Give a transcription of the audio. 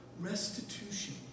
restitution